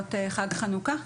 בסביבות חג חנוכה?